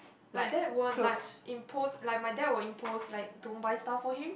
my dad won't like impose like my dad will impose like don't buy stuff for him